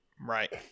right